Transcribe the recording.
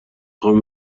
خوام